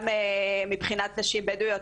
מבחינת נשים בדוויות,